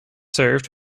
served